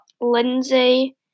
Lindsay